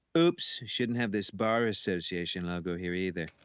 oops, shouldn't have this bar association logo here either.